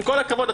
עם כל הכבוד,